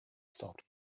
stopped